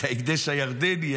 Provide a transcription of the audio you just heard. את ההקדש הירדני,